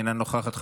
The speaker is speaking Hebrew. אינה נוכחת,